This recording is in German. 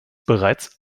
bereits